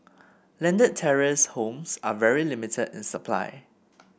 landed terrace homes are very limited in supply